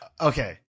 okay